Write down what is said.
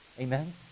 Amen